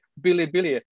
Bilibili